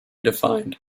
defined